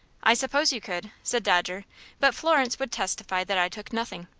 i suppose you could, said dodger but florence would testify that i took nothing.